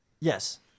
Yes